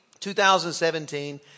2017